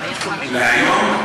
להיום?